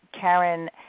Karen